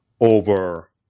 over